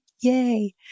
Yay